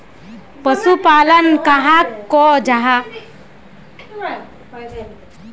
पशुपालन कहाक को जाहा?